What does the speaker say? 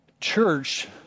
church